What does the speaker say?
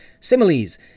Similes